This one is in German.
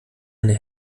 eine